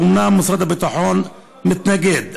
אומנם משרד הביטחון מתנגד.